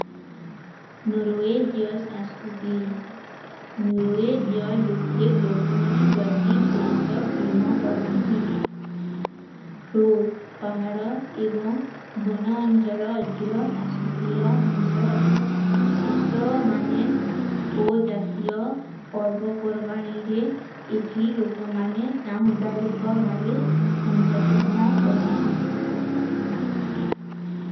ନରୋଈଜ୍ଯ ସାସୁତି ନରୋଈଜ୍ଯ ଲୋକେ ପ୍ରକ୍ତୁତି ପ୍ରତି ବହୁତ ପେମ କରନ୍ତୀ ଫ୍ରୋଟ, ପହାର, ଏବଂ, ବନ, ଅଂଜଲ, ଅଲ୍ଥିର, ସାସୁତିର, ଅନ୍ସଃ ଉଠ୍ସଵ ମାନେ ଓ ଜାତିଯ ପର୍ଵପର୍ଵାନିରେ ଏଠୀ ଲୋକ ମାନେ ସାମୁଦାଈ କା ଭାଵେ ଅନ୍ସକ୍ରହନା କରନ୍ତୀ।